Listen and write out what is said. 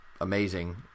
amazing